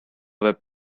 web